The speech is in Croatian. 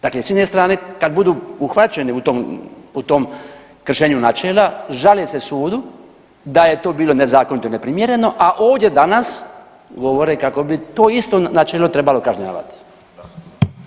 Dakle, s jedne strane kad budu uhvaćeni u tom, u tom kršenju načela žale se sudu da je to bilo nezakonito i neprimjereno, a ovdje danas govore kako bi to isto načelo trebalo kažnjavati.